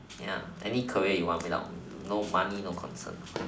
ya any career you want without no money no concern